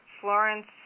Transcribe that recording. Florence